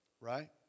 Right